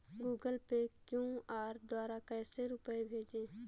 Google Pay QR द्वारा कैसे रूपए भेजें?